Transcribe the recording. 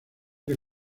que